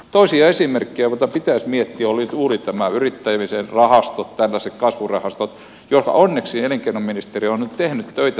toisia esimerkkejä joita pitäisi miettiä ovat juuri nämä yrittämisen rahastot tällaiset kasvurahastot joiden eteen onneksi elinkeinoministeri on nyt tehnyt töitä